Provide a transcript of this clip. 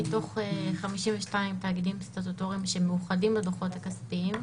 מתוך 52 תאגידים סטטוטוריים שמאוחדים בדוחות הכספיים,